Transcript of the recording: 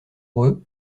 eux